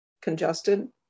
congested